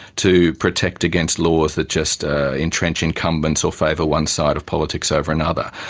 to protect against laws that just entrench incumbents or favour one side of politics over another.